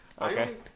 Okay